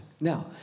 Now